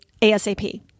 ASAP